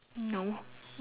no